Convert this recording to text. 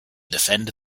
defend